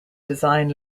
design